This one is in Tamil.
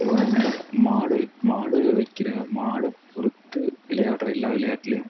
இந்த மாடு மாடு வைக்கிற மாடை பொறுத்து விளையாடுற எல்லா விளையாட்லேயும்